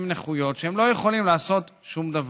עם נכויות שלא יכולים לעשות שום דבר,